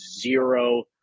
zero